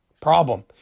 Problem